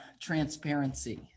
transparency